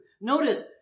Notice